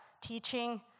teaching